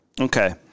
Okay